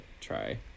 try